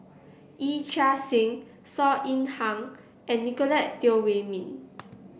Yee Chia Hsing Saw Ean Ang and Nicolette Teo Wei Min